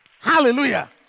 Hallelujah